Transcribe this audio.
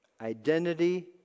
Identity